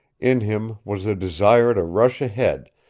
in him was the desire to rush ahead,